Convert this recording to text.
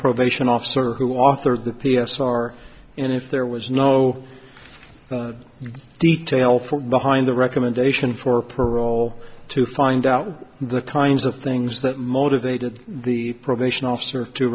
probation officer who authored the p s r and if there was no detail for behind the recommendation for parole to find out the kinds of things that motivated the probation officer to